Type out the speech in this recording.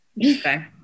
Okay